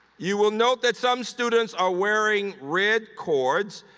you will note that some students are wearing red cords.